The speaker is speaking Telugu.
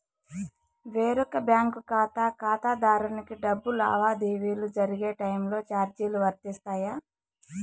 వేరొక బ్యాంకు ఖాతా ఖాతాదారునికి డబ్బు లావాదేవీలు జరిగే టైములో చార్జీలు వర్తిస్తాయా?